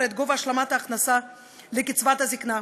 את גובה השלמת ההכנסה לקצבת הזיקנה,